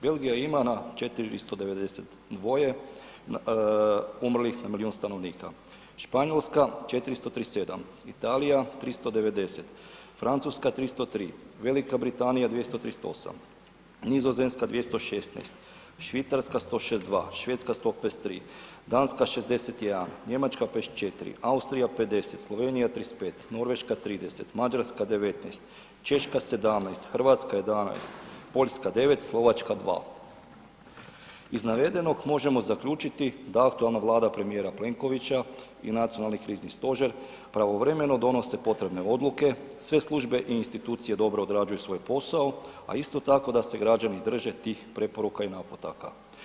Belgija ima na 492 umrlih na milion stanovnika, Španjolska 437, Italija 390, Francuska 303, Velika Britanija 238, Nizozemska 216, Švicarska 162, Švedska 153, Danska 61, Njemačka 54, Austrija 50, Slovenija 35, Norveška 30, Mađarska 19, Češka 17, Hrvatska 11, Poljska 9, Slovačka 2. Iz navedenog možemo zaključiti da aktualna Vlada premijera Plenkovića i Nacionalni krizni stožer pravovremeno donose potrebne odluke, sve službe i institucije dobro odrađuju svoj posao, a isto tako da se građani drže tih preporuka i naputaka.